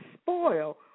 spoil